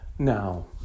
Now